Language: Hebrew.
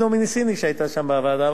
דומיניסיני שהיתה שם בוועדה,